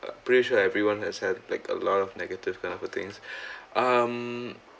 pretty sure everyone has had like a lot of negative kind of a things um